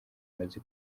imaze